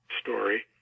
story